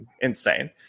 insane